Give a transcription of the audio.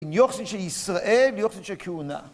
יופי של ישראל, יופי של כהונה.